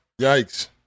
Yikes